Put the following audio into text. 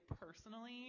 personally